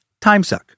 timesuck